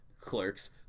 clerks